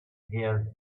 hear